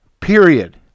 period